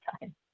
time